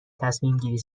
تصمیمگیری